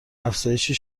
افزایشی